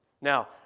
now